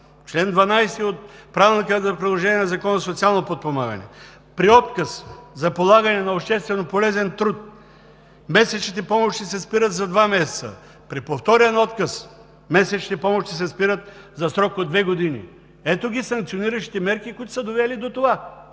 чл. 12 от Правилника за прилагане на Закона за социално подпомагане: „При отказ за полагане на общественополезен труд месечните помощи се спират за два месеца, при повторен отказ месечните помощи се спират за срок от две години“. Ето ги санкциониращите мерки, които са довели до това,